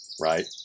right